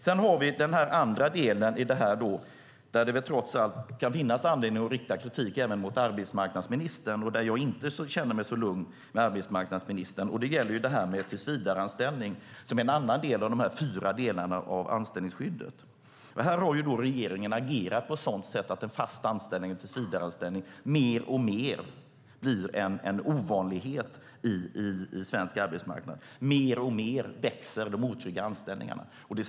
Sedan har vi den andra delen i detta där det väl trots allt kan finnas anledning att rikta kritik även mot arbetsmarknadsministern. Det jag inte känner mig så lugn med, arbetsmarknadsministern, gäller detta med tillsvidareanställning - en annan del av de fyra delarna i anställningsskyddet. Här har regeringen agerat på ett sådant sätt att fast anställning, en tillsvidareanställning, mer och mer blir en ovanlighet på svensk arbetsmarknad. Mer och mer växer antalet otrygga anställningar.